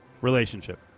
relationship